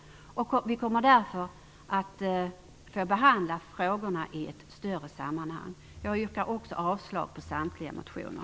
Vi kommer därför att behandla frågorna i ett större sammanhang. Jag yrkar också avslag på samtliga motioner.